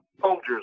soldiers